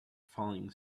falling